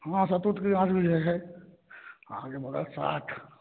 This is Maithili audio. हँ सहतूतके गाछ भी है अहाँके पड़त साठि